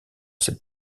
cette